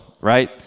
right